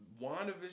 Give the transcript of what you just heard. WandaVision